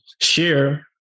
share